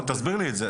תסביר לי את זה.